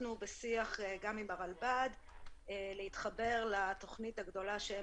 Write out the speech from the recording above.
אנחנו בשיח גם עם הרלב"ד להתחבר לתוכנית הגדולה שהם